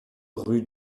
rue